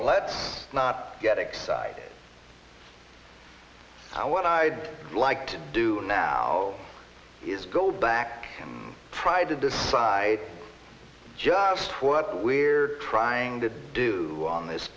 let's not get excited i what i'd like to do now is go back and try to decide just what we're trying to do on this